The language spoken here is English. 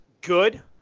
good